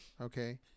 okay